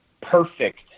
perfect